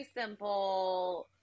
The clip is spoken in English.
simple